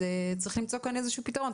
צריך למצוא כאן פתרון.